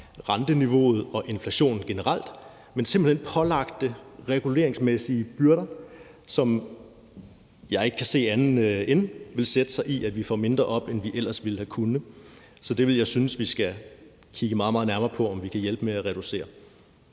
renteniveauet og inflationen generelt, men simpelt hen pålagte reguleringsmæssige byrder, som jeg ikke kan se andet end vil sætte sig i, at vi får mindre op, end vi ellers ville have kunnet. Så det vil jeg synes vi skal kigge meget, meget nærmere på om vi kan hjælpe med at reducere.